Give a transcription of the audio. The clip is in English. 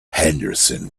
henderson